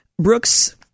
Brooks